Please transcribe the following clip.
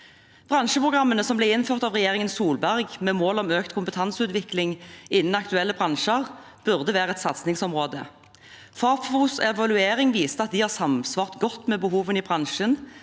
Bransjeprogrammene, som ble innført av Solbergregjeringen med mål om økt kompetanseutvikling innen aktuelle bransjer, burde være et satsningsområde. Fafos evaluering viste at bransjeprogrammene har samsvart godt med behovene i bransjen,